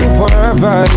forever